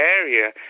area